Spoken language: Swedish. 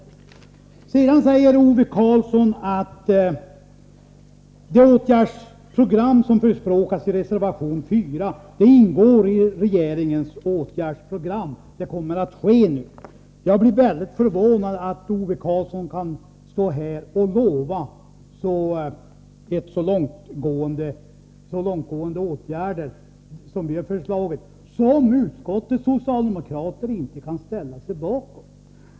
Ove Karlsson säger att det åtgärdsprogram som förespråkas i reservation 4 ingår i regeringens åtgärdsprogram och att det nu kommer att förverkligas. Jag är mycket förvånad över att Ove Karlsson kan stå här och lova så långtgående åtgärder som vi har föreslagit — och som utskottets socialdemokrater inte har kunnat ställa sig bakom.